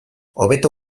hobeto